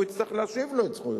והוא יצטרך להשיב לו את זכויותיו.